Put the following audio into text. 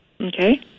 Okay